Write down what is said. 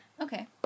Okay